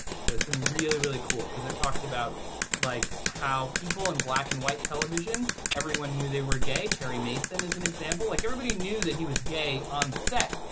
so it's been really, really cool because it talks about like how people in black and white television, everyone knew they were gay. perry mason is an example. like, everybody knew that he was gay on-set.